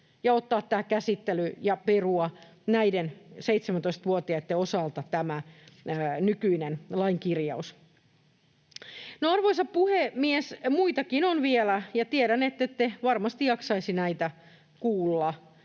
ja ottaa tämä käsittelyyn ja perua näiden 17-vuotiaitten osalta tämä nykyinen lainkirjaus. Arvoisa puhemies! Muitakin on vielä, ja tiedän, ettette varmasti jaksaisi näitä kuulla,